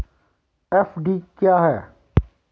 FD क्या है?